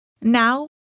Now